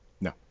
No